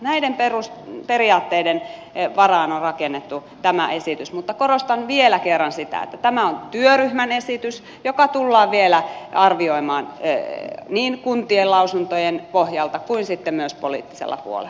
näiden perusperiaatteiden varaan on rakennettu tämä esitys mutta korostan vielä kerran sitä että tämä on työryhmän esitys joka tullaan vielä arvioimaan niin kuntien lausuntojen pohjalta kuin sitten myös poliittisella puolella